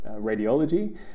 radiology